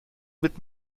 mit